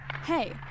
hey